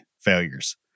failures